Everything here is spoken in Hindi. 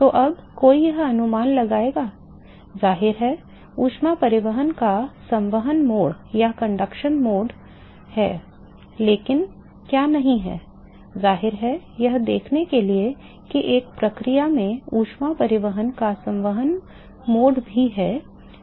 तो अब कोई यह अनुमान लगाएगा जाहिर है ऊष्मा परिवहन का संवाहन मोड है लेकिन क्या नहीं है जाहिर है यह देखने के लिए कि एक ही प्रक्रिया में ऊष्मा परिवहन का संवहन मोड भी है